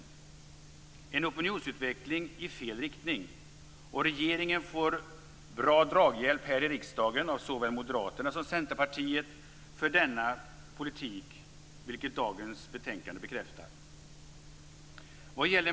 Det är en opnionsutveckling i fel riktning. Regeringens politik får bra draghjälp här i riksdagen av såväl Moderaterna som Centerpartiet, vilket dagens betänkande bekräftar.